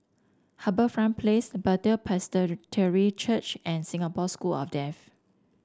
HarbourFront Place Bethel Church and Singapore School of Deaf